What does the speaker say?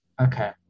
Okay